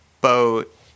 boat